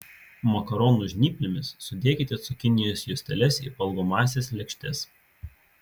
makaronų žnyplėmis sudėkite cukinijos juosteles į valgomąsias lėkštes